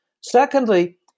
Secondly